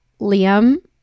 Liam